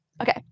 Okay